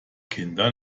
kinder